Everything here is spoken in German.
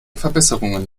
verbesserungen